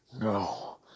No